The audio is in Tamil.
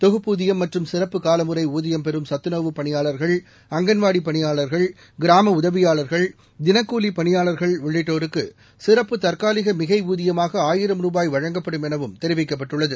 தொகுப்பூதியம் மற்றும் சிறப்பு காலமுறை ஊதியம் பெறும் சத்துணவுப் பணியாளர்கள் அங்கன்வாடிப் பனியாளர்கள் கிராம உதவியாளர்கள் தினக்கூலி பணியாளர்கள் உள்ளிட்டோருக்கு சிறப்பு தற்காலிக மிகை ஊதியமாக ஆயிரம் ரூபாய் வழங்கப்படும் எனவும் தெரிவிக்கப்பட்டுள்ளது